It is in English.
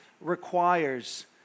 requires